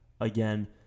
again